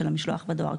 של המשלוח בדואר.